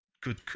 good